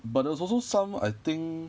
but there was also some I think